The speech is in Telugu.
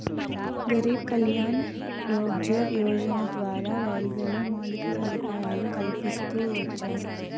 గరీబ్ కళ్యాణ్ రోజ్గార్ యోజన ద్వారా రైల్వేలో మౌలిక సదుపాయాలు కల్పిస్తూ వచ్చారు